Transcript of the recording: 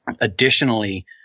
additionally